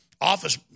office